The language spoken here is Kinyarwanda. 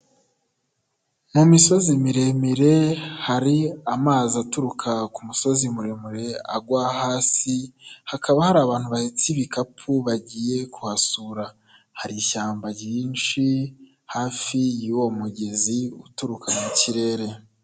Mu misozi miremire hari amazi aturuka ku musozi muremure agwa hasi, hakaba hari abantu bahetse ibikapu bagiye kuhasura. Hari ishyamba ryinshi hafi y'uwo mugezi uturuka mu kirere.